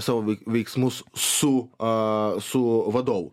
savo vei veiksmus su a su vadovu